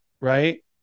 right